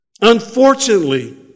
Unfortunately